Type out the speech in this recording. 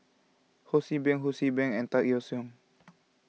Ho See Beng Ho See Beng and Tan Yeok Seong